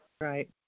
Right